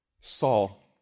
Saul